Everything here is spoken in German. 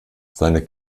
seine